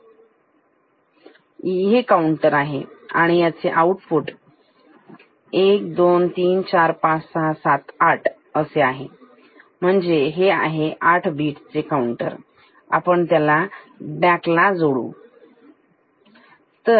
हा काउंटर आहे तर ह्याचे आउटपुट 12345678 आहेत हे आहे 8 बिट चे काउंटर आहे आणि आपण ह्याला DAC ला जोडलेले आहेत